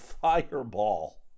fireball